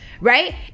right